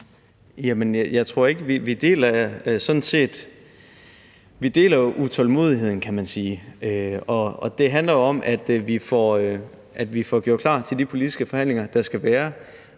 vi deler utålmodigheden, kan man sige, og det handler jo om, at vi får gjort klar til de politiske forhandlinger, der skal være.